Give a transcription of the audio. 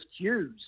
cues